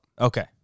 Okay